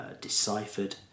deciphered